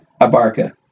Abarca